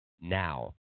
now